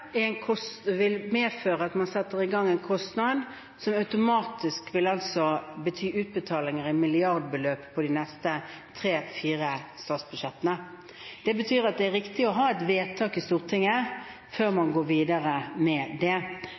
vil medføre at man setter i gang en kostnad som automatisk vil bety utbetalinger av milliardbeløp på de neste tre–fire statsbudsjettene. Det betyr at det er riktig å ha et vedtak i Stortinget før man går videre med det,